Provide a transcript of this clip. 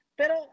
pero